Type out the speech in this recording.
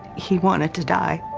he wanted to die.